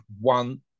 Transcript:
one